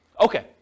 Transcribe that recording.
Okay